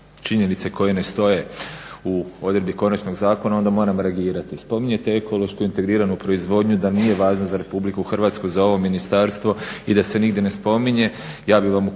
činjenice koje ne stoje u odredbi konačnog zakona onda moram reagirati. Spominjete ekološki integriranu proizvodnju da nije važna za RH i za ovo ministarstvo i da se nigdje ne spominje.